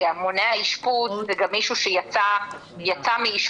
מונע אשפוז זה גם מישהו שיצא מאשפוז,